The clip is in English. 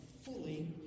fully